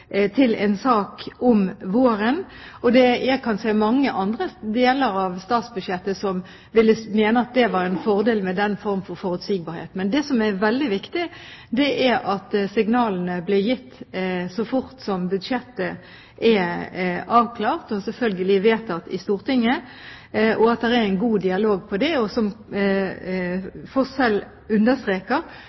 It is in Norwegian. bli en sak om våren, og jeg kan se mange andre deler av statsbudsjettet der en ville mene at det var en fordel med den form for forutsigbarhet. Men det som er veldig viktig, er at signalene blir gitt så fort budsjettet er avklart – og selvfølgelig vedtatt i Stortinget – og at det er en god dialog om det. Som Foss selv understreker,